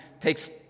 takes